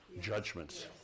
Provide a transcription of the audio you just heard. judgments